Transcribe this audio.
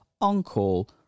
on-call